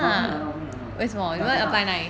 normally I normally 拿到 lah dakota